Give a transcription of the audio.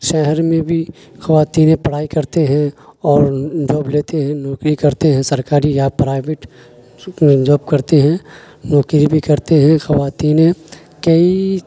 شہر میں بھی خواتینیں پڑھائی کرتے ہیں اور جاب لیتے ہیں نوکری کرتے ہیں سرکاری یا پرائیویٹ جاب کرتے ہیں نوکری بھی کرتے ہیں خواتینیں کئی